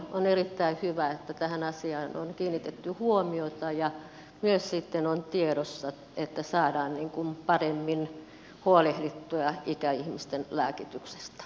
on erittäin hyvä että tähän asiaan on kiinnitetty huomiota ja myös sitten on tiedossa että saadaan paremmin huolehdittua ikäihmisten lääkityksestä